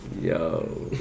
yo